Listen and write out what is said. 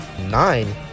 nine